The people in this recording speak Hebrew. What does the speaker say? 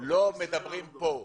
ולא מדברים כאן.